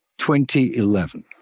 2011